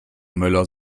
möller